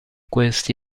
questi